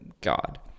God